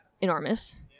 enormous